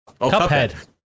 Cuphead